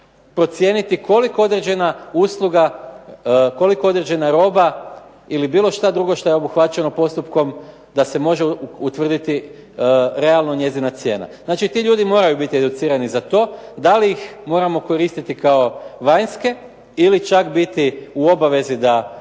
procijeniti koliko je određena usluga, koliko je određena roba ili bilo šta drugo šta je obuhvaćeno postupkom da se može utvrditi realno njezina cijena. Znači, ti ljudi moraju biti educirani za to. Da li ih moramo koristiti kao vanjske ili čak biti u obavezi da